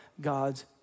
God's